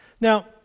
Now